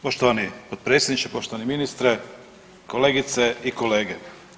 Poštovani potpredsjedniče, poštovani ministre, kolegice i kolege.